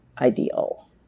ideal